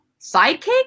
sidekick